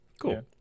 cool